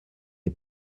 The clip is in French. est